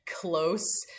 close